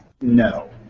no